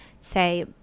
say